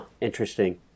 Interesting